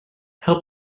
help